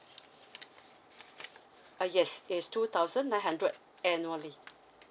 ah yes it's two thousand nine hundred annually